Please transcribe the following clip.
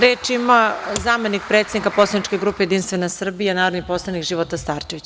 Reč ima zamenik predsednika poslaničke grupe Jedinstvena Srbija, narodni poslanik Života Starčević.